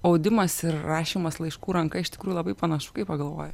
audimas ir rašymas laiškų ranka iš tikrųjų labai panašu kai pagalvoji